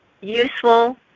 useful